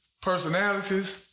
personalities